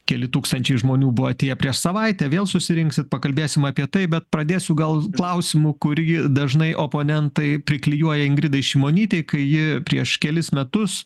keli tūkstančiai žmonių buvo atėję prieš savaitę vėl susirinksit pakalbėsim apie tai bet pradėsiu gal klausimu kurį dažnai oponentai priklijuoja ingridai šimonytei kai ji prieš kelis metus